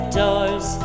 doors